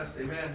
Amen